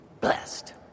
blessed